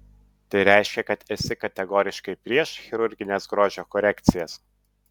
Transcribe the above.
tai reiškia kad esi kategoriškai prieš chirurgines grožio korekcijas